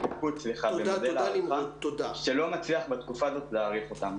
הידבקות למודל הערכה שלא מצליח בתקופה הזאת להעריך אותנו.